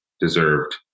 deserved